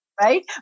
Right